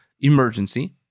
emergency